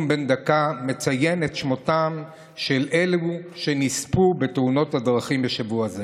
בן דקה מציין את שמותיהם של אלו שנספו בתאונות הדרכים בשבוע זה.